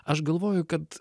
aš galvoju kad